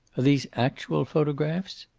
are these actual photographs?